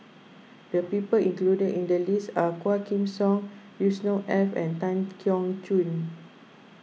the people included in the list are Quah Kim Song Yusnor Ef and Tan Keong Choon